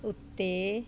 ਉੱਤੇ